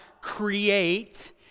create